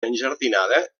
enjardinada